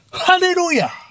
Hallelujah